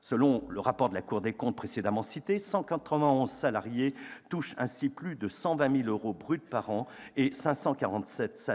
Selon le rapport de la Cour des comptes précédemment cité, 191 salariés touchent ainsi plus de 120 000 euros brut par an, et 547